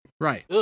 Right